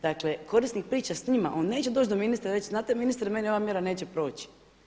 Dakle, korisnik priča s njima, on neće doći do ministra i reći znate ministre, meni ova mjera neće proći.